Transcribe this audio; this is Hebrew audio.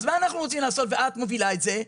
אז מה אנחנו רוצים לעשות ואת מובילה את זה?